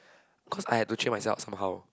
cause I had to cheer myself up somehow